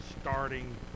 starting